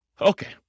Okay